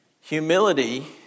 Humility